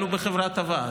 אבל הוא בחברת טובה,